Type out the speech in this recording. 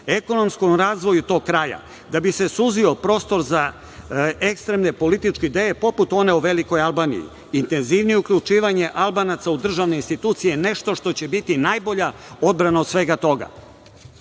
Ekonomskom razvoju tog kraja, da bi se suzio prostor za ekstremne političke ideje, poput one o velikoj Albaniji, intenzivnije uključivanje Albanaca u državne institucije, nešto što će biti najbolja odbrana od svega toga. Nema